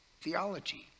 theology